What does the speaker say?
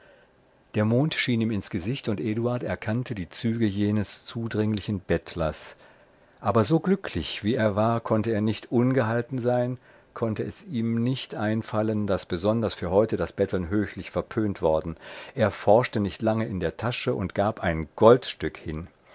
der mond schien ihm ins gesicht und eduard erkannte die züge jenes zudringlichen bettlers aber so glücklich wie er war konnte er nicht ungehalten sein konnte es ihm nicht einfallen daß besonders für heute das betteln höchlich verpönt worden er forschte nicht lange in der tasche und gab ein goldstück hin